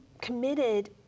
committed